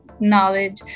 knowledge